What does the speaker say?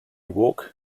walk